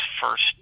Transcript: first